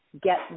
get